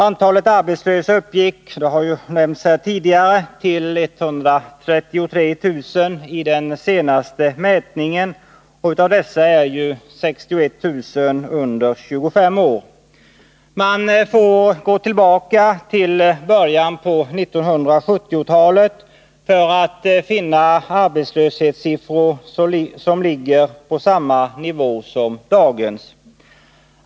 Antalet arbetslösa uppgår — det har nämnts här tidigare — till 133 000 i den senaste mätningen, och av dessa är 61 000 under 25 år. Man får gå tillbaka till början av 1970-talet för att finna arbetslöshetssiffror som ligger på samma nivå som dagens.